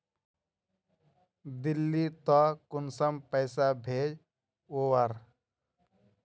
दिल्ली त कुंसम पैसा भेज ओवर?